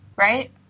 right